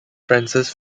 frances